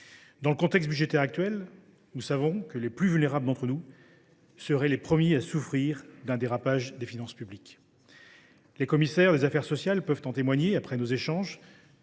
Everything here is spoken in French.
Dans le contexte budgétaire actuel, nous savons que les plus vulnérables d’entre nous seraient les premiers à souffrir d’un dérapage des finances publiques. Les commissaires des affaires sociales peuvent en témoigner compte tenu des échanges